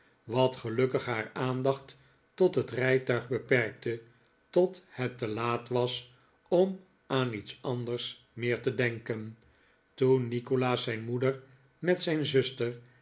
wat gelukkig haar aandacht tot het rijtuig beperkte tot het te laat was om aan iets anders meer te denken toen nikolaas zijn moeder met zijn zuster